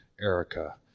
Erica